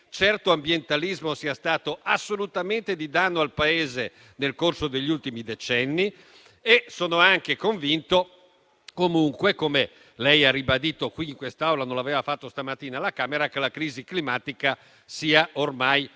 che certo ambientalismo sia stato decisamente di danno al Paese nel corso degli ultimi decenni. Sono altresì convinto, come lei ha ribadito in quest'Aula - non l'aveva fatto stamattina alla Camera - che la crisi climatica sia ormai un